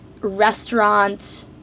restaurant